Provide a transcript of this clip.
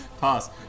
Pass